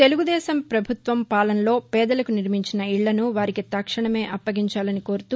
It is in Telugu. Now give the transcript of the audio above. తెలుగుదేశం ప్రభుత్వ హయంలో పేదలకు నిర్మించిన ఇళ్ళను వారికి తక్షణమే అప్పగించాలని కోరుతూ